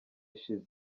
ishize